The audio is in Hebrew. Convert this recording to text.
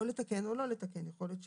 או לתקן או לא לתקן, יכול להיות שלא.